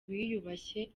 biyubashye